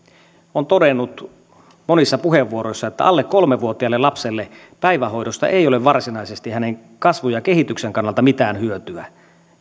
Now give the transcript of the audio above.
on todennut monissa puheenvuoroissaan että kolme vuotiaalle lapselle päivähoidosta ei ole varsinaisesti kasvun ja kehityksen kannalta mitään hyötyä